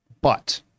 But-